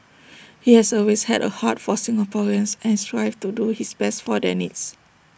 he has always had A heart for Singaporeans and strives to do his best for their needs